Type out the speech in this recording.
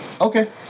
Okay